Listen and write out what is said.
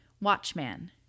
Watchman